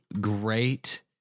great